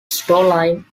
storyline